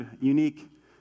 unique